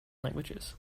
languages